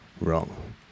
wrong